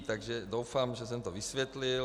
Takže doufám, že jsem to vysvětlil.